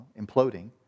imploding